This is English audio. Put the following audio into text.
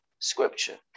Scripture